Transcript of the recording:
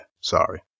Sorry